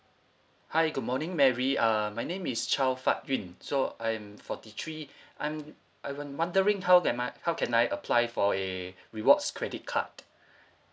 hi good morning mary uh my name is chow fatt yun so I'm forty three I'm I w~ wondering how can my how can I apply for a rewards credit card